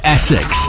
Essex